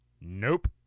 Nope